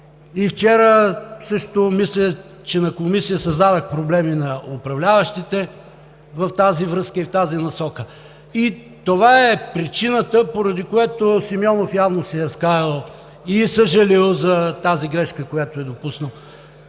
Вчера също мисля, че на Комисията създадох проблеми на управляващите в тази връзка и насока. Това е причината, поради която Симеонов явно се е разкаял и е съжалил за тази грешка, която е допуснал,